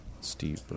Steve